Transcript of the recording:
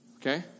Okay